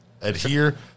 adhere